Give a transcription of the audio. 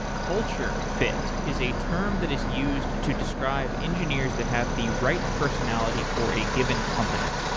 culture fit is a term that is used to describe engineers that have the right personality for a given company.